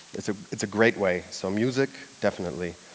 it's ah it's a great way. so music, definitely.